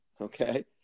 Okay